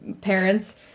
parents